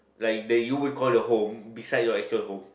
like the you would call it a home beside your actual home